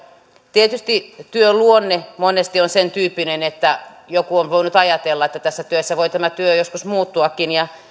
tietysti työn luonne monesti on sen tyyppinen että joku on voinut ajatella että tässä työssä voi työ joskus muuttuakin ja